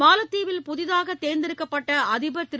மாலத் தீவில் புதிதாக தேர்ந்தெடுக்கப்பட்ட அதிபர் திரு